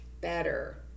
better